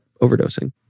overdosing